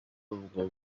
ubwo